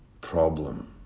problem